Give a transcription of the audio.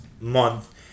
month